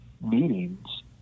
meetings